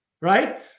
right